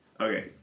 Okay